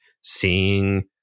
seeing